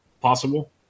possible